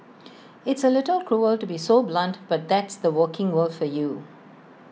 it's A little cruel to be so blunt but that's the working world for you